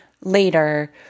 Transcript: later